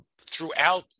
throughout